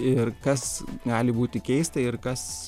ir kas gali būti keista ir kas